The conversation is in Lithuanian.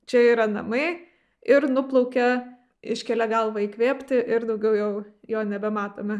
čia yra namai ir nuplaukia iškelia galvą įkvėpti ir daugiau jau jo nebematome